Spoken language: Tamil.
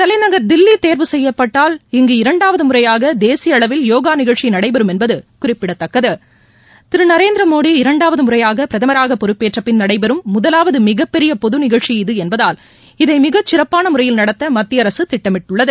தலைநகர் தில்லி தேர்வு செய்யப்பட்டால் இங்கு இரண்டாவது முறையாக தேசிய அளவில் யோகா நிகழ்ச்சி நடைபெறும் என்பது குறிப்பிடத்தக்கது திரு நரேந்திரமோடி இரண்டாவது முறையாக பிரதமராக பொறுப்பேற்றபின் நடைபெறும் முதலாவது மிகப்பெரிய பொது நிகழ்ச்சி இது என்பதால் இதை மிக சிறப்பான முறையில் நடத்த மத்தியஅரசு திட்டமிட்டுள்ளது